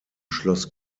schloss